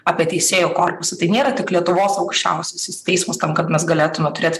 apie teisėjų korpusą tai nėra tik lietuvos aukščiausiasis teismas tam kad mes galėtume turėt